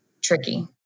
tricky